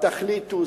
תחליטו,